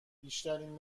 بیشترین